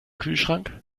kühlschrank